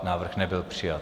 Návrh nebyl přijat.